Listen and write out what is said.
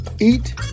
Eat